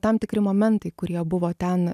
tam tikri momentai kurie buvo ten